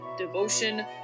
devotion